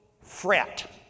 fret